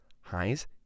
highs